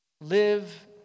live